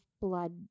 blood